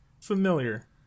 familiar